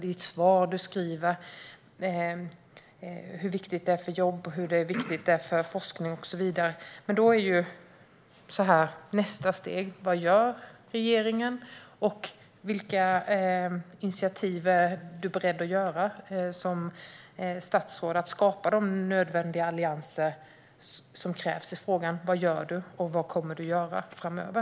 Du skriver i ditt svar att det är viktigt för jobb, forskning och så vidare. Nästa steg: Vad gör regeringen? Vilka initiativ är du som statsråd beredd att ta för att skapa de nödvändiga allianser som krävs? Vad gör du, och vad kommer du att göra framöver?